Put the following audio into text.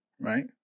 right